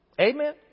Amen